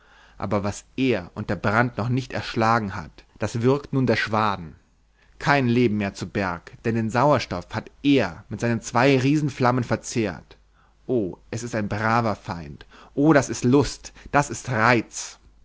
aber was er und der brand noch nicht erschlagen hat das würgt nun der schwaden kein leben mehr zu berg denn den sauerstoff hat er mit seinen zwei riesenflammen verzehrt o es ist ein braver feind o das ist lust das ist reiz